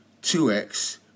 2X